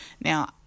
Now